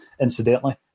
incidentally